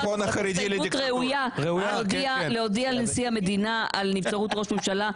זו הסתייגות ראויה להודיע לנשיא המדינה על נבצרות ראש הממשלה,